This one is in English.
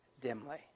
dimly